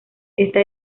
esta